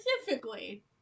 specifically